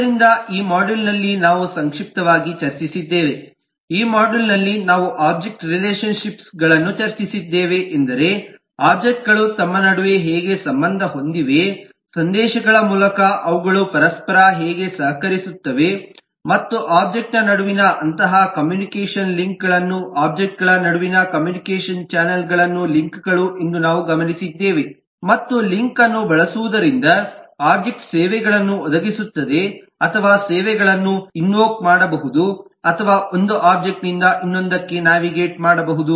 ಆದ್ದರಿಂದ ಈ ಮಾಡ್ಯೂಲ್ನಲ್ಲಿ ನಾವು ಸಂಕ್ಷಿಪ್ತವಾಗಿ ಚರ್ಚಿಸಿದ್ದೇವೆ ಈ ಮಾಡ್ಯೂಲ್ನಲ್ಲಿ ನಾವು ಒಬ್ಜೆಕ್ಟ್ ರಿಲೇಶನ್ ಶಿಪ್ಸ್ಗಳನ್ನು ಚರ್ಚಿಸಿದ್ದೇವೆ ಎಂದರೆ ಒಬ್ಜೆಕ್ಟ್ಗಳು ತಮ್ಮ ನಡುವೆ ಹೇಗೆ ಸಂಬಂಧ ಹೊಂದಿವೆ ಸಂದೇಶಗಳ ಮೂಲಕ ಅವುಗಳು ಪರಸ್ಪರ ಹೇಗೆ ಸಹಕರಿಸುತ್ತವೆ ಮತ್ತು ಒಬ್ಜೆಕ್ಟ್ನ ನಡುವಿನ ಅಂತಹ ಕಮ್ಯುನಿಕೇಷನ್ ಲಿಂಕ್ಗಳನ್ನು ಒಬ್ಜೆಕ್ಟ್ ಗಳ ನಡುವಿನ ಕಮ್ಯುನಿಕೇಷನ್ ಚಾನೆಲ್ಗಳನ್ನು ಲಿಂಕ್ಗಳು ಎಂದು ನಾವು ಗಮನಿಸಿದ್ದೇವೆ ಮತ್ತು ಲಿಂಕ್ ಅನ್ನು ಬಳಸುವುದರಿಂದ ಒಬ್ಜೆಕ್ಟ್ ಸೇವೆಗಳನ್ನು ಒದಗಿಸುತ್ತದೆ ಅಥವಾ ಸೇವೆಗಳನ್ನು ಇನ್ವೋಕ್ ಮಾಡಬಹುದು ಅಥವಾ ಒಂದು ಒಬ್ಜೆಕ್ಟ್ ನಿಂದ ಇನ್ನೊಂದಕ್ಕೆ ನ್ಯಾವಿಗೇಟ್ ಮಾಡಬಹುದು